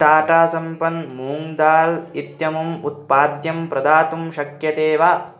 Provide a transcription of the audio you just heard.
टाटा सम्पन् मूङ्ग् दाल् इत्यमुम् उत्पाद्यं प्रदातुं शक्यते वा